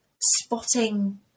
spotting